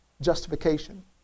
justification